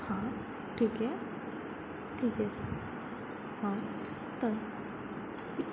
हां ठीक आहे ठीक आहे हां तर